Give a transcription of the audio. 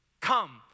Come